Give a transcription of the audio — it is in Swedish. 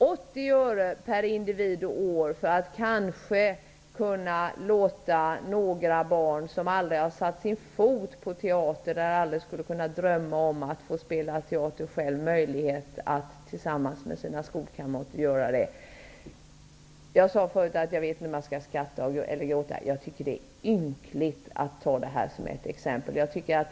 80 öre per individ och år för att kanske kunna låta några barn som aldrig har satt sin fot på teatern eller som aldrig skulle kunna drömma om att få spela teater själva en möjlighet att tillsammans med sina kamrater göra det! Jag sade förut att jag inte vet om jag skall skratta eller gråta. Jag tycker att det är ynkligt att vilja spara på en sådan här sak.